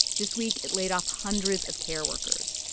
this week it laid off hundreds of care workers.